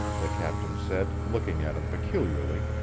the captain said, looking at him peculiarly.